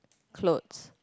clothes